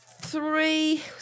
three